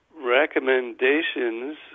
recommendations